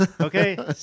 Okay